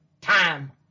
time